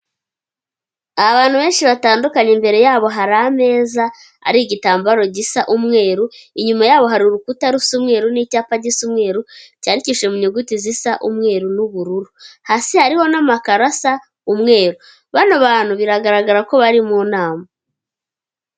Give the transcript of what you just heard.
Abantu benshi batandukanye imbere yabo hari ameza, hari igitambaro gisa umweru, inyuma yabo hari urukuta rusa umweru n'icyapa gisa umweru cyandikishije mu nyuguti zisa umweru n'ubururu, hasi hariho n'amakaro asa umweru, bano bantu biragaragara ko bari mu nama.